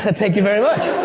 and thank you very much!